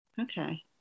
okay